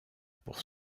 pour